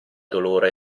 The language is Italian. dolore